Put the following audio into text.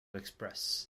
express